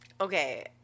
Okay